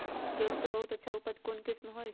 गेंहू के बहुत अच्छा उपज कौन किस्म होई?